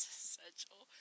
essential